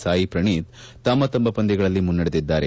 ಸಾಯಿ ಶ್ರಣೀತ್ ತಮ್ಮ ತಮ್ಮ ಪಂದ್ಯಗಳಲ್ಲಿ ಮುನ್ನಡೆದಿದ್ದಾರೆ